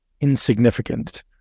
insignificant